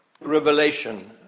revelation